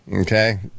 Okay